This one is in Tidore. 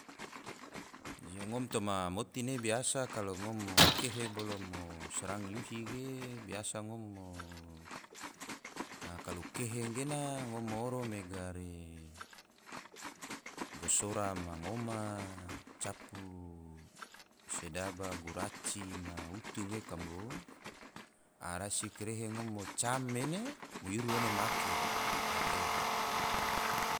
Jo ngom toma moti ne biasa kalo ngom mo kehe bolo mo srang yuhi ge biasa ngom mo, a kalo kehe gena ngom oro mega re gosora ma ngoma capu sedaba guraci ma utu ge kambo, a rasi ngom mo cam ene, mo yuru ene ma ake, a tege